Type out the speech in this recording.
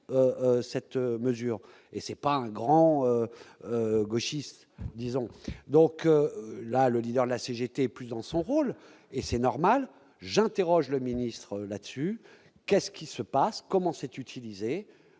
et c'est pas un grand gauchiste disons donc là, le leader de la CGT plus dans son rôle et c'est normal, j'interroge le ministre la dessus qu'est-ce qui se passe, comment c'est utilisé